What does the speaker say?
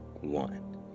One